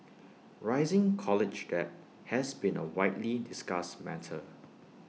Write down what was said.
rising college debt has been A widely discussed matter